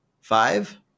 five